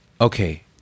Okay